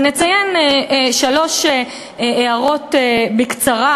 אציין שלוש הערות בקצרה,